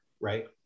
right